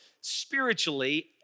spiritually